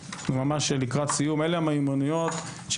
משימות לפיתוח מיומנויות התלמידים) אלה המיומנויות,